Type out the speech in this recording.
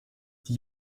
die